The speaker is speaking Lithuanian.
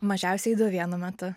mažiausiai du vienu metu